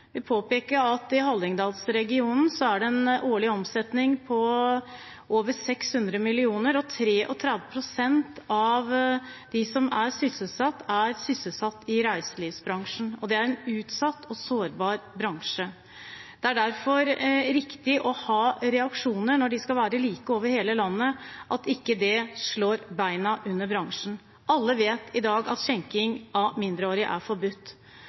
at i Hallingdalsregionen er det en årlig omsetning på over 600 mill. kr. 33 pst. av dem som er sysselsatt, er sysselsatt i reiselivsbransjen Det er en utsatt og sårbar bransje, og det er derfor riktig å ha reaksjoner som, når de skal være like over hele landet, ikke slår beina under bransjen. Alle vet i dag at skjenking av mindreårige er forbudt.